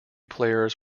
players